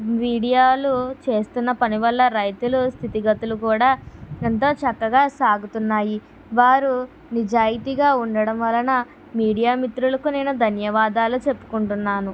మీడియాలు చేస్తున్న పని వల్ల రైతులు స్థితిగతులు కూడా ఎంతో చక్కగా సాగుతున్నాయి వారు నిజాయితీగా ఉండడం వలన మీడియా మిత్రులకు నేను ధన్యవాదాలు చెప్పుకుంటున్నాను